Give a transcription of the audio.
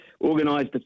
organised